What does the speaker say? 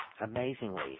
amazingly